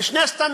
זה שני סטנדרטים.